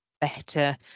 better